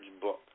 book